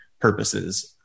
purposes